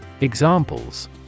Examples